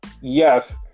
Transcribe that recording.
yes